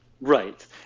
Right